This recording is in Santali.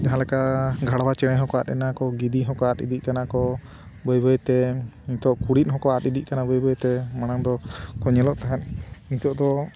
ᱡᱟᱦᱟᱸ ᱞᱮᱠᱟ ᱜᱷᱟᱲᱣᱟ ᱪᱮᱬᱮ ᱦᱚᱸᱠᱚ ᱟᱫ ᱮᱱᱟ ᱠᱚ ᱜᱤᱫᱤ ᱦᱚᱸᱠᱚ ᱟᱫ ᱤᱫᱤᱜ ᱠᱟᱱᱟ ᱠᱚ ᱵᱟᱹᱭ ᱵᱟᱹᱭ ᱛᱮ ᱱᱤᱛᱚᱜ ᱠᱩᱲᱤᱛ ᱦᱚᱸᱠᱚ ᱟᱫ ᱤᱫᱤᱜ ᱠᱟᱱᱟ ᱵᱟᱹᱭ ᱵᱟᱹᱭ ᱛᱮ ᱢᱟᱲᱟᱝ ᱫᱚᱠᱚ ᱧᱮᱞᱚᱜ ᱛᱟᱦᱮᱸᱫ ᱱᱤᱛᱚᱜ ᱫᱚ